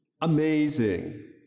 amazing